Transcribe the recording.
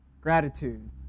gratitude